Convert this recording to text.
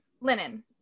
linen